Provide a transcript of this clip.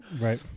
Right